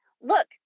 look